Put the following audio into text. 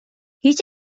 هیچ